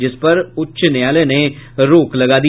जिस पर उच्च न्यायालय ने रोक लगा दिया